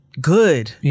good